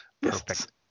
Perfect